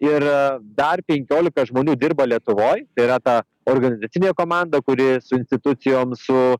ir dar penkiolika žmonių dirba lietuvoj tai yra ta organizacinė komanda kuri su institucijom su